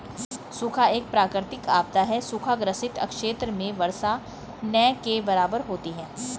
सूखा एक प्राकृतिक आपदा है सूखा ग्रसित क्षेत्र में वर्षा न के बराबर होती है